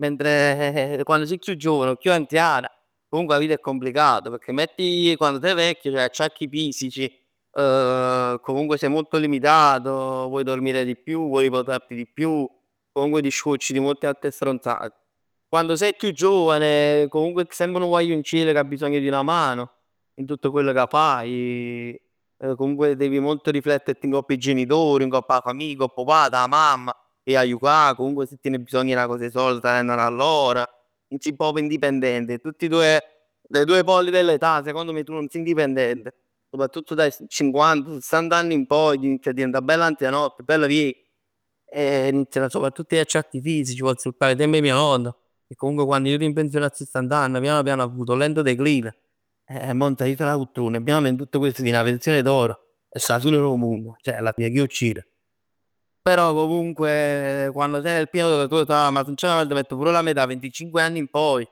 mentre quann sij chiù giovane o chiù anzian comunque 'a vita è complicata, pecchè comunque metti che quando sei vecchio c'hai gli acciacchi fisici, comunque sei molto limitato, vuoi dormire di più, vuoi risposarti di più. Comunque ti scocci di molte altre stronzate. Quann sei chiù giovane, comunque sij semp 'nu vagliunciell che ha bisogno di una mano, in tutto quello cà fai. Comunque devi molto rifletterti ngopp 'e genitori, ngopp 'a famiglia, ngopp 'o pate, 'a mamma, se 'a jucà, comunque se tien bisogn 'e 'na cos 'e sord, te l'hann dà lor. Nun sij proprj indipendente. In tutti i tuoi, nei due poli dell'età secondo me tu non sij indipendente, soprattutto da cinquanta, sessanta anni in poi inizi 'a diventà bello anzianotto, bello viecchj. E inizia soprattutto con gli acciacchi fisici, t' pozz purtà i tempi 'e mio nonno, che comunque quann 'e jut in penzione 'a sessant'anni piano piano ha avuto un lento declino, e mo nun s'aiz dà pultrona. Mio nonno in tutto questo piglia 'na penzione d'oro e sta 'a fine dò munno, ceh alla fine chi 'o accir. Però comunque quando sei nel pieno della tua età, ma sinceramente metto pure la mia età, venticinque anni in poi.